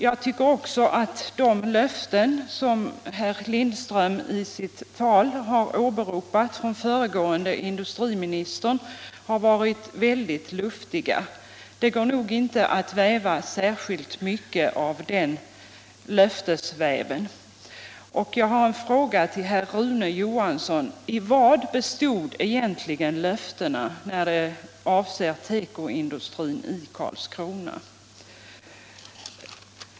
Jag tycker också att de löften från den föregående industriministern, som herr Lindström i sitt andra anförande har åberopat, är väldigt luftiga. Det går nog inte att väva särskilt mycket av det löftesstoffet. Jag har en fråga till herr Rune Johansson i Ljungby: I vad bestod egentligen löftena med avseende på tekoindustrin i Karlskrona?